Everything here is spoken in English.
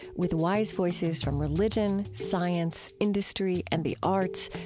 with wise voices from religion, science, industry, and the arts,